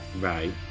Right